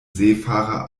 seefahrer